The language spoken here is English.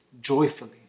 joyfully